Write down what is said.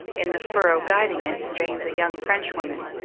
in the furrow guiding it strains a young frenchwoman,